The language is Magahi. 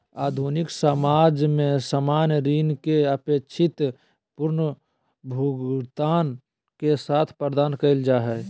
आधुनिक समाज में सामान्य ऋण के अपेक्षित पुनर्भुगतान के साथ प्रदान कइल जा हइ